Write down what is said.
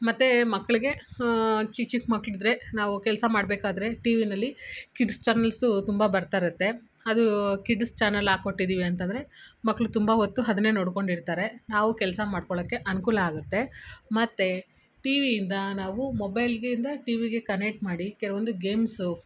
ಮತ್ತು ಮಕ್ಳಿಗೆ ಚಿಕ್ಕ ಚಿಕ್ಕ ಮಕ್ಕಳಿದ್ರೆ ನಾವು ಕೆಲಸ ಮಾಡಬೇಕಾದ್ರೆ ಟಿ ವಿನಲ್ಲಿ ಕಿಡ್ಸ್ ಚಾನಲ್ಸು ತುಂಬ ಬರ್ತಾ ಇರುತ್ತೆ ಅದೂ ಕಿಡಸ್ ಚಾನಲ್ ಹಾಕೊಟ್ಟಿದ್ದೀವಿ ಅಂತಂದರೆ ಮಕ್ಕಳು ತುಂಬ ಹೊತ್ತು ಅದನ್ನೇ ನೋಡಿಕೊಂಡಿರ್ತಾರೆ ನಾವು ಕೆಲಸ ಮಾಡ್ಕೊಳೊಕ್ಕೆ ಅನುಕೂಲ ಆಗುತ್ತೆ ಮತ್ತು ಟಿ ವಿಯಿಂದ ನಾವು ಮೊಬೈಲ್ಗೆ ಇಂದ ಟಿ ವಿಗೆ ಕನೆಟ್ ಮಾಡಿ ಕೆಲವೊಂದು ಗೇಮ್ಸು